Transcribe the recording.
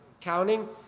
counting